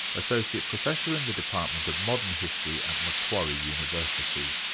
associate professor in the department of modern history, at macquarie university.